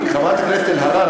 חברת הכנסת אלהרר,